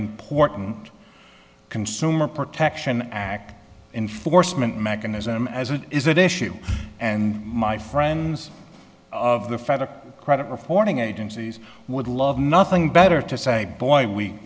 important consumer protection act enforcement mechanism as it is an issue and my friends of the federal credit reporting agencies would love nothing better to say boy we